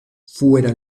fuera